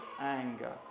anger